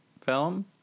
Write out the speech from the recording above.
film